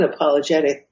unapologetic